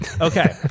Okay